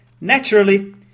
Naturally